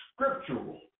scriptural